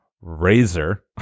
Razor